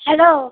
hello